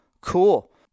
cool